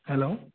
hello